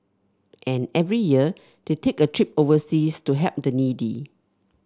and every year they take a trip overseas to help the needy